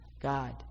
god